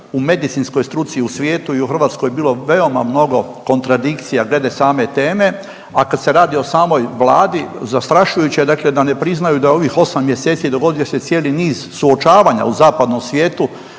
u medicinskoj struci i u svijetu i u Hrvatskoj, bilo veoma mnogo kontradikcija glede same teme, a kad se radi o samoj Vladi, zastrašujuće je dakle da ne priznaju da je u ovih 8 mjeseci dogodio se cijeli niz suočavanja u zapadnom svijetu